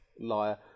Liar